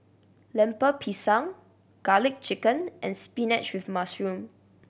Lemper Pisang Garlic Chicken and spinach with mushroom